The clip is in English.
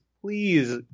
please